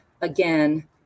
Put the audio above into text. again